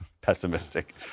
pessimistic